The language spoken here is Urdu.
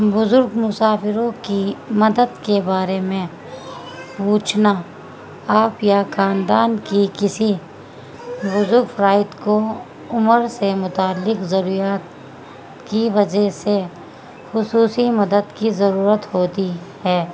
بزرگ مسافروں کی مدد کے بارے میں پوچھنا آپ یا خاندان کی کسی بزرگ افراد کو عمر سے متعلق ضروریات کی وجہ سے خصوصی مدد کی ضرورت ہوتی ہے